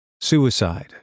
Suicide